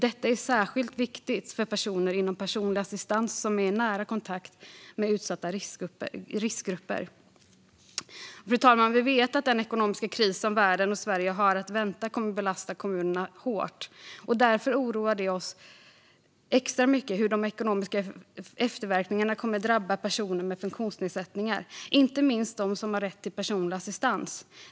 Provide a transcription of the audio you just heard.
Detta är särskilt viktigt för personer inom personlig assistans som är i nära kontakt med utsatta riskgrupper. Fru talman! Vi vet att den ekonomiska kris som världen och Sverige har att vänta kommer att belasta kommunerna hårt. Därför oroar det oss extra mycket hur de ekonomiska efterverkningarna kommer att drabba personer med funktionsnedsättningar, inte minst dem som har rätt till personlig assistans.